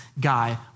guy